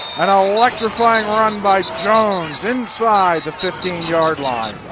and um electrifying run by jones inside the fifteen yard line.